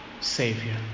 Savior